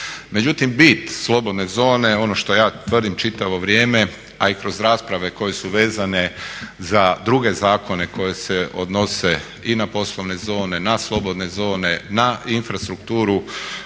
Međutim bit slobodne zone ono što ja tvrdim čitavo vrijeme a i kroz rasprave koje su vezane za druge zakone koji se odnose i na poslovne zone, na slobodne zone, na infrastrukturu